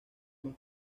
más